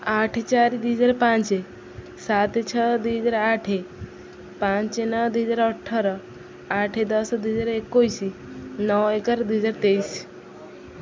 ଆଠେ ଚାରି ଦୁଇ ହଜାର ପାଞ୍ଚ ସାତ ଛଅ ଦୁଇ ହଜାର ଆଠ ପାଞ୍ଚ ନଅ ଦୁଇହଜାର ଅଠର ଆଠ ଦଶ ଦୁଇହଜାର ଏକୋଇଶ ନଅ ଏଗାର ଦୁଇହଜାର ତେଇଶ